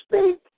speak